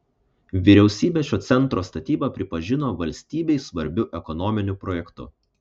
vyriausybė šio centro statybą pripažino valstybei svarbiu ekonominiu projektu